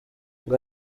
ngo